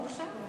מוכשר.